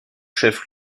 chef